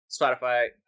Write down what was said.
Spotify